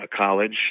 college